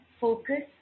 Focus